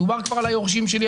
מדובר כבר על היורשים שלי,